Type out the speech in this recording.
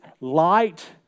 light